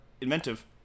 inventive